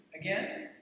Again